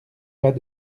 pas